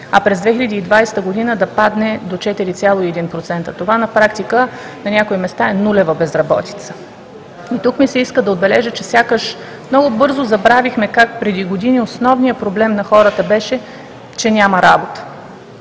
а през 2020 г. да падне до 4,1%. Това на практика на някои места е нулева безработица. Тук ми се иска да отбележа, че сякаш много бързо забравихме как преди години основният проблем на хората беше, че няма работа.